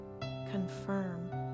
confirm